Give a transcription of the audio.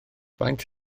faint